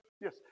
yes